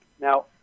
Now